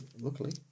luckily